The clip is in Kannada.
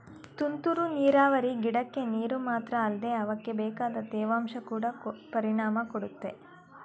ತುಂತುರು ನೀರಾವರಿ ಗಿಡಕ್ಕೆ ನೀರು ಮಾತ್ರ ಅಲ್ದೆ ಅವಕ್ಬೇಕಾದ ತೇವಾಂಶ ಕೊಡ ಪರಿಣಾಮ ಕೊಡುತ್ತೆ